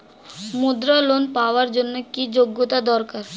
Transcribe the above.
মুদ্রা লোন পাওয়ার জন্য কি যোগ্যতা দরকার?